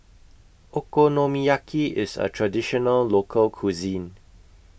Okonomiyaki IS A Traditional Local Cuisine